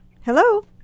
Hello